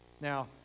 Now